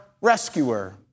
rescuer